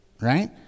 right